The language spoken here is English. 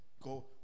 go